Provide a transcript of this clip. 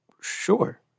sure